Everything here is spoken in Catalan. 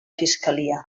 fiscalia